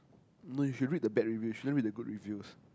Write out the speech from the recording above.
no you should read the bad reviews you shouldn't read the good reviews